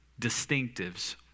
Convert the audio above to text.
distinctives